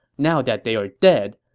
now that they are dead,